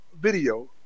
video